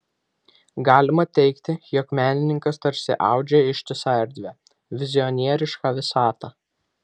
galima teigti jog menininkas tarsi audžia ištisą erdvę vizionierišką visatą